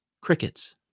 crickets